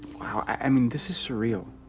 wow. i mean, this is surreal.